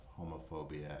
homophobia